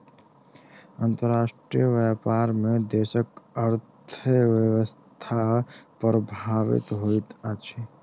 अंतर्राष्ट्रीय व्यापार में देशक अर्थव्यवस्था प्रभावित होइत अछि